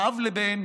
מאב לבן,